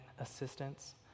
assistance